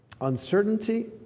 uncertainty